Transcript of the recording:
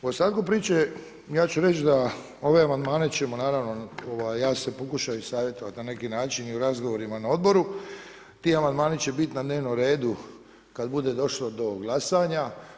U ostatku priče ja ću reći da ove amandmane ćemo naravno ja sam se pokušao i savjetovati na neki način i u razgovorima na Odboru, ti amandmani će biti na dnevnom redu kada bude došlo do glasanja.